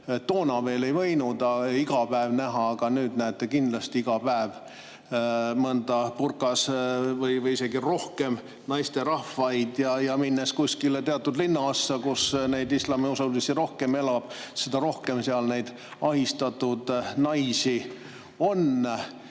toona veel ei võinud iga päev näha, aga nüüd näete kindlasti iga päev mõnda või isegi rohkem burkas naisterahvaid. Minnes kuskile teatud linnaossa, kus neid islamiusulisi rohkem elab, seda rohkem seal neid ahistatud naisi on.